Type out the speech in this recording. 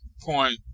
point